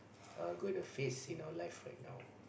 are going to face in our life right now